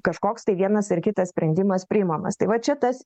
kažkoks tai vienas ar kitas sprendimas priimamas tai va čia tas